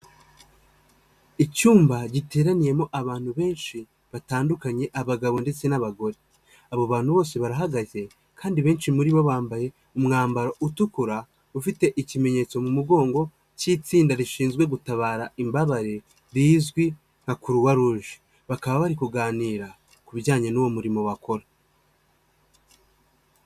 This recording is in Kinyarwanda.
Icyumba giteraniyemo abantu benshi batandukanye abagabo ndetse n'abagore, abo bantu bose barahagaze kandi abenshi muri bo bambaye umwambaro utukura ufite ikimenyetso mu mugongo cy'itsinda rishinzwe gutabara imbabare rizwi nka kuruwaruje, bakaba bari kuganira ku bijyanye n'uwo murimo bakora.